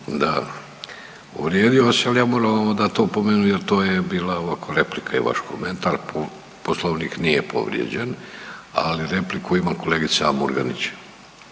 da. Uvrijedio vas je, ali ja moram vama dati opomenu jer to je bila ovako replika i vaš komentar, po, Poslovnik nije povrijeđen, ali repliku ima kolegica Murganić.